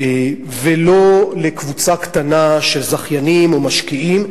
ולא לקבוצה קטנה של זכיינים או משקיעים,